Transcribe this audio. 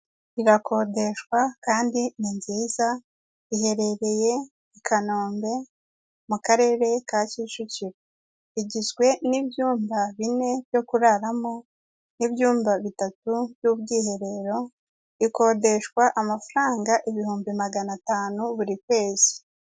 Irakodeshwa kandi ni nziza iherereye i Kanombe mu karere ka Kicukiro igizwe n'ibyumba bine byo kuraramo n'ibyumba bitatu by'ubwiherero ikodeshwa amafaranga ibihumbi magana atanu buri kwezi.